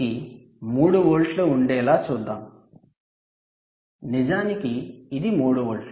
VGS కి 3 వోల్ట్లు ఉండేలా చూద్దాం నిజానికి ఇది 3 వోల్ట్లు